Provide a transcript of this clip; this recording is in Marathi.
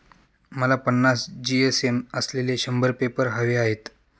मला पन्नास जी.एस.एम असलेले शंभर पेपर हवे आहेत